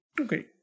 Okay